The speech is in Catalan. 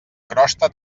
crosta